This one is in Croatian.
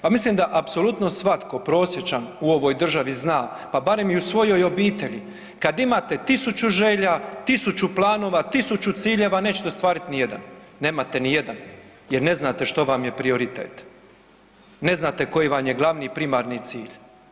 Pa mislim da apsolutno svatko prosječan u ovoj državi zna pa barem i u svojoj obitelji kad imate 1000 želja, 1000 planova, tisuću ciljeva nećete ostvariti nijedan, nemate nijedan jer ne znate što vam je prioritete, ne znate koji vam je glavni primarni cilj.